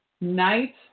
Night